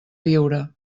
viure